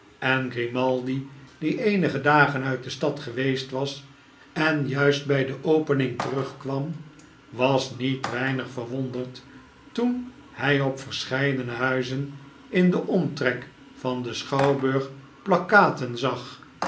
en grimaldi die eenige dagen uit de stad geweest was en juist bij de opening terugkwam was niet weinig verwonderd toen hij op verscheidene huizen in den omtrek van den schouwburg plakkaten zag